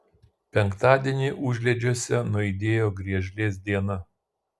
penktadienį užliedžiuose nuaidėjo griežlės diena